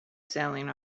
sailing